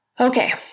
Okay